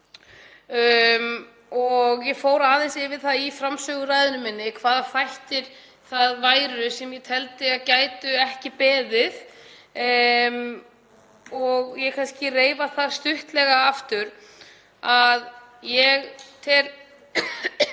og ég fór aðeins yfir það í framsöguræðu minni hvaða þættir það væru sem ég teldi að gætu ekki beðið. Ég reifa það kannski stuttlega aftur að ég tel